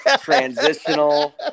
transitional